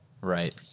Right